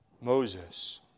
Moses